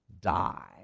die